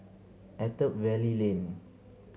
Attap Valley Lane